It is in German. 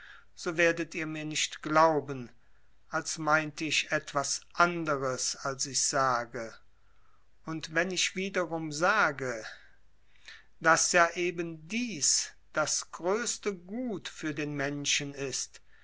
so werdet ihr mir nicht glauben als meinte ich etwas anderes als ich sage und wenn ich wiederum sage daß ja eben dies das größte gut für den menschen ist